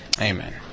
Amen